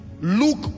look